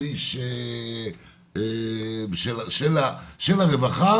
או איש של הרווחה